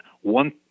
one